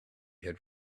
had